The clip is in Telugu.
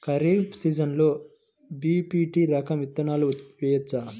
ఖరీఫ్ సీజన్లో బి.పీ.టీ రకం విత్తనాలు వేయవచ్చా?